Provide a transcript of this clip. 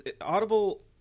Audible